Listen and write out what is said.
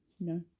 No